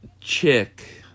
chick